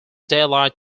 daylight